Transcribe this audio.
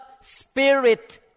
spirit